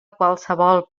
qualsevol